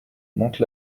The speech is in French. mantes